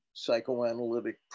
Psychoanalytic